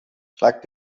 schlagt